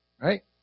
Right